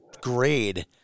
grade